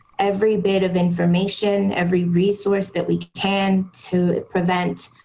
every bit of information every resource that we can to prevent